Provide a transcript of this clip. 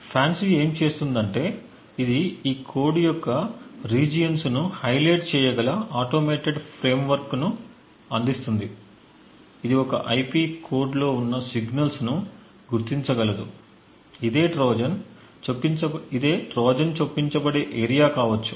FANCI ఏమి చేస్తుందంటే ఇది ఈ కోడ్ యొక్క రీజియన్స్ను హైలైట్ చేయగల ఆటోమేటెడ్ ఫ్రేమ్వర్క్ను అందిస్తుంది ఇది ఒక IP కోడ్లో ఉన్న సిగ్నల్స్ ను గుర్తించగలదు ఇదే ట్రోజన్ చొప్పించబడే ఏరియా కావచ్చు